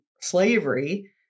slavery